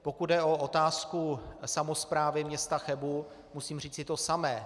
Pokud jde o otázku samosprávy města Chebu, musím říci to samé.